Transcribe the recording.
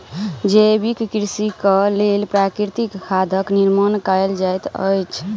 जैविक कृषिक लेल प्राकृतिक खादक निर्माण कयल जाइत अछि